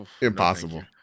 impossible